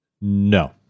No